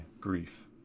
grief